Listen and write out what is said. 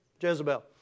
Jezebel